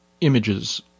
images